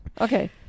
Okay